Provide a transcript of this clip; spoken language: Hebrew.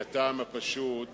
מהטעם הפשוט,